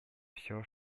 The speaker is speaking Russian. все